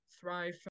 thrive